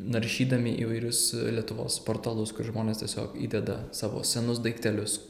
naršydami įvairius lietuvos portalus kur žmonės tiesiog įdeda savo senus daiktelius